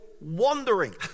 wandering